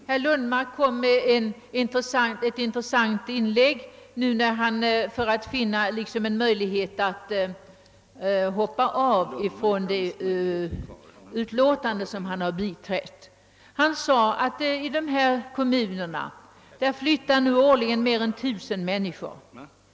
Herr talman! Herr Lundmark gjorde ett intressant inlägg när han försökte finna en möjlighet att hoppa av från det utlåtande som han biträtt. Han sade, att i dessa kommuner flyttar nu årligen mer än tusen människor.